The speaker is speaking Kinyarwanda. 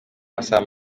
amasaha